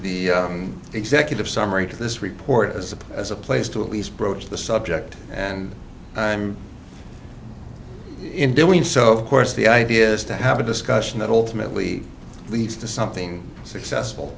e executive summary to this report as a as a place to at least broach the subject and i'm in doing so course the idea is to have a discussion that ultimately leads to something successful